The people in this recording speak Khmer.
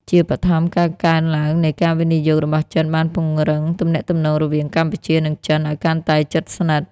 ជាបឋម ការកើនឡើងនៃការវិនិយោគរបស់ចិនបានពង្រឹងទំនាក់ទំនងរវាងកម្ពុជា និងចិន ឲ្យកាន់តែជិតស្និទ្ធ។